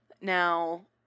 Now